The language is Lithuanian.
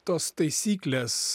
tos taisyklės